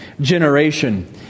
generation